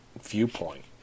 viewpoint